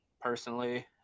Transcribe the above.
personally